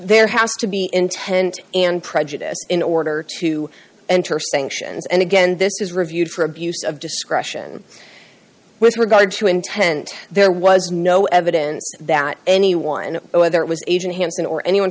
there has to be intent and prejudice in order to enter sanctions and again this is reviewed for abuse of discretion with regard to intent there was no evidence that anyone whether it was agent hanson or anyone